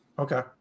Okay